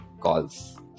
calls